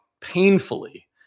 painfully